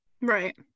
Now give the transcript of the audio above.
Right